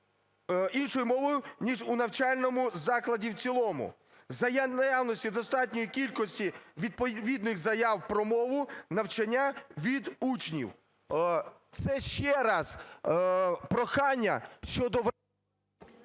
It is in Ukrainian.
іншою мовою, ніж у навчальному закладі в цілому, за наявності достатньої кількості відповідних заяв про мову навчання від учнів". Це ще раз прохання щодо....